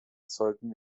sollten